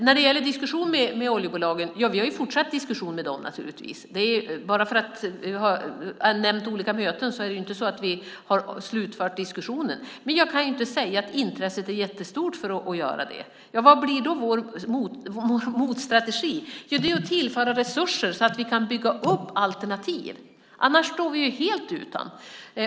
När det gäller diskussioner med oljebolagen vill jag säga att vi naturligtvis för en fortsatt diskussion med dem. Bara för att jag nämnt olika möten är det inte så att vi slutfört diskussionerna. Men jag kan inte påstå att intresset är jättestort för att göra det. Vad blir då vår motstrategi? Jo, att tillföra resurser så att vi kan bygga upp alternativ, annars står vi helt utan.